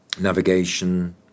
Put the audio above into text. navigation